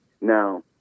Now